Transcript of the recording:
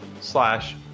slash